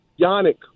Yannick